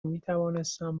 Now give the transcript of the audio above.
میتوانستم